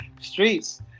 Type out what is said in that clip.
Streets